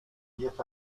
diez